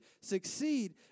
succeed